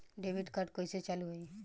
Debit card कइसे चालू होई?